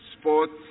sports